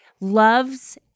loves